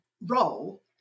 role